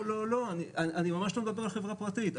לא, לא, אני ממש לא מדבר על חברה פרטית.